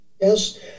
Yes